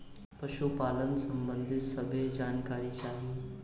पशुपालन सबंधी सभे जानकारी चाही?